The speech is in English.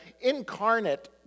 incarnate